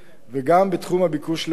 וגם בתחום הביקוש לעובדים.